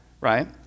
right